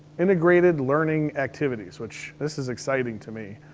integrated learning activities, which this is exciting to me.